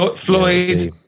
Floyd